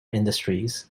industries